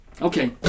Okay